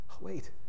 Wait